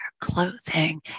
clothing